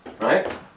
Right